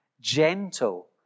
gentle